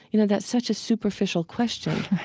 you know, that's such a superficial question